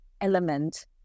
element